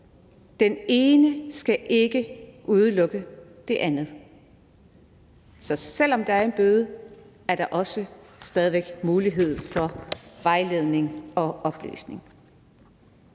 Det ene skal ikke udelukke det andet. Så selv om der er en bøde, er der stadig væk mulighed for vejledning og oplysning.